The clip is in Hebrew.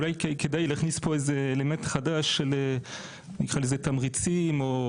אולי כדאי להכניס פה איזה אלמנט חדש של תמריצים או